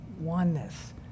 Oneness